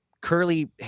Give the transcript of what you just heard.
curly